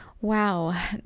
Wow